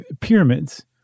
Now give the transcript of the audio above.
pyramids